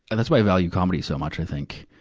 that's why i value comedy so much, i think.